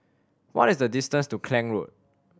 what is the distance to Klang Road